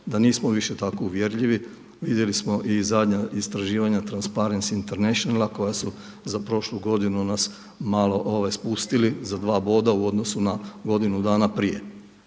da nismo više tako uvjerljivi. Vidjeli smo i zadnja istraživanja Transparency Internationala koja su za prošlu godinu nas malo spustili za dva boda u odnosu na godinu dana prije.